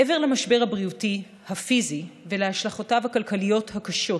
מעבר למשבר הבריאותי הפיזי ולהשלכותיו הכלכליות הקשות,